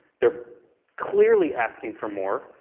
they're clearly asking for more.